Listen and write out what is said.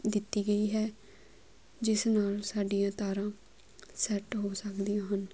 ਦਿੱਤੀ ਗਈ ਹੈ ਜਿਸ ਨਾਲ ਸਾਡੀਆਂ ਤਾਰਾਂ ਸੈੱਟ ਹੋ ਸਕਦੀਆਂ ਹਨ